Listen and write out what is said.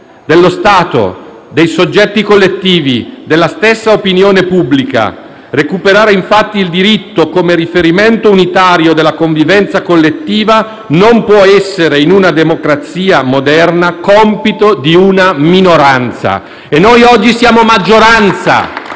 dello Stato, dei soggetti collettivi, della stessa opinione pubblica. Recuperare infatti il diritto come riferimento unitario della convivenza collettiva non può essere, in una democrazia moderna, compito di una minoranza. *(Applausi dai